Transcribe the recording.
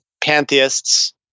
pantheists